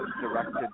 directed